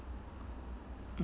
mm